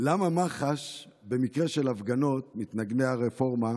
למה מח"ש, במקרה של הפגנות מתנגדי הרפורמה,